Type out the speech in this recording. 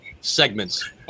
segments